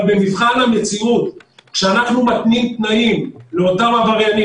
אבל במבחן המציאות כשאנחנו מתנים תנאים לאותם עבריינים,